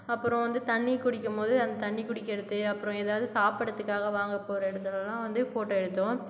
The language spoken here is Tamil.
அப்புறம் வந்து தண்ணி குடிக்கும் போது அந்த தண்ணி குடிக்கிறது அப்புறம் ஏதாவது சாப்பிறதுக்காக வாங்க போகிற இடத்துலெலாம் வந்து போட்டோ எடுத்தோம்